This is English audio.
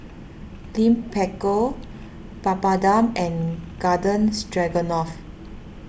Lime Pickle Papadum and Garden Stroganoff